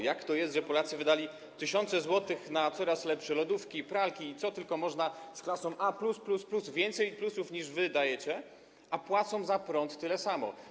Jak to jest, że Polacy wydali tysiące złotych na coraz lepsze lodówki, pralki i co tylko można, z klasą A+++, więcej plusów, niż wy dajecie, a płacą za prąd tyle samo?